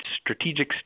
strategic